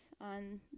on